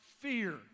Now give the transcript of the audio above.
fear